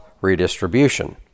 redistribution